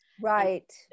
Right